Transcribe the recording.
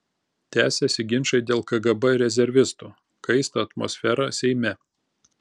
tęsiasi ginčai dėl kgb rezervistų kaista atmosfera seime